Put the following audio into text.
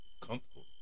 comfortable